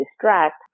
distract